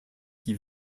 qui